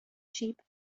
sheep